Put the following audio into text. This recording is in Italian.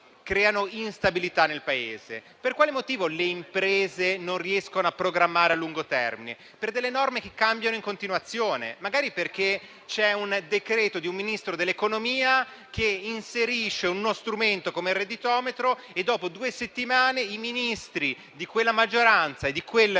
creano instabilità nel Paese. Per quale motivo le imprese non riescono a programmare a lungo termine? Per delle norme che cambiano in continuazione, magari perché c'è un decreto di un Ministro dell'economia che inserisce uno strumento come il redditometro e dopo due settimane i Ministri di quella maggioranza e di quel partito